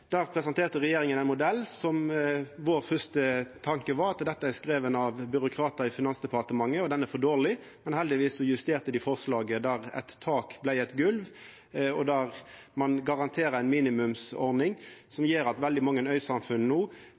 Der presenterte regjeringa ein modell, og vår første tanke var at dette er skrive av byråkratar i Finansdepartementet og er for dårleg. Heldigvis justerte dei forslaget, eit tak vart eit golv, og ein garanterer ei minimumsordning som gjer at veldig mange øysamfunn no